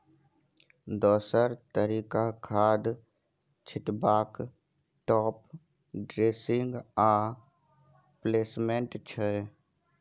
दोसर तरीका खाद छीटबाक टाँप ड्रेसिंग आ प्लेसमेंट छै